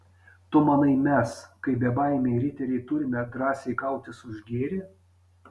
tu manai mes kaip bebaimiai riteriai turime drąsiai kautis už gėrį